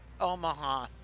Omaha